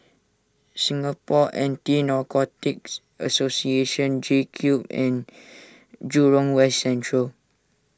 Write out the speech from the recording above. Singapore Anti Narcotics Association JCube and Jurong West Central